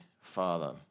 Father